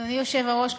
אדוני היושב-ראש,